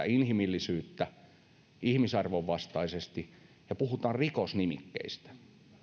inhimillisyyttä ihmisarvon vastaisesti puhutaan rikosnimikkeistä